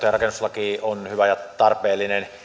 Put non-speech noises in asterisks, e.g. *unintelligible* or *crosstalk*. *unintelligible* ja rakennuslaki on hyvä ja tarpeellinen